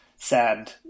Sad